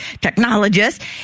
Technologists